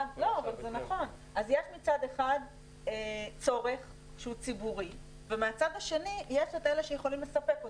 אחד יש צורך שהוא ציבורי ומהצד השני יש את אלה שיכולים לספק אותו,